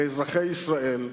לאזרחי ישראל.